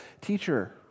Teacher